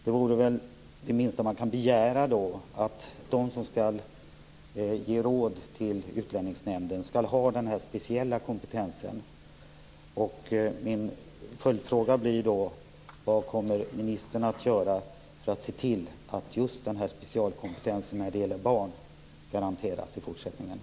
Det minsta man kan begära är att de som skall ge råd till Utlänningsnämnden skall ha denna speciella kompetens.